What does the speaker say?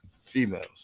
females